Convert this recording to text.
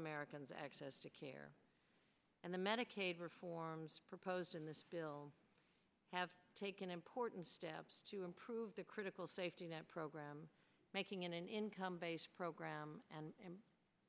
americans access to care and the medicaid reforms proposed in this bill have taken important steps to improve the critical safety program making it an income based program and